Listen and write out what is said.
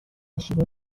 شیرین